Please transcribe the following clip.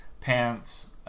pants